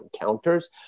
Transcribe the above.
encounters